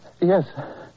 Yes